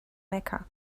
mecca